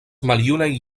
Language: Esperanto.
maljunaj